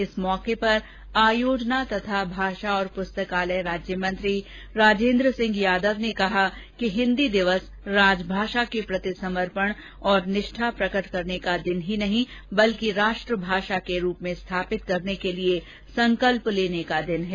इस अवसर पर आयोजना तथा भाषा और पुस्तकालय राज्य मंत्री राजेन्द्र सिंह यादव ने कहा कि हिंदी दिवस राजभाषा के प्रति समर्पण और निष्ठा प्रकट करने का ही दिन नहीं बल्कि राष्ट्रभाषा के रूप में स्थापित करने के लिए संकल्प लेने का दिन है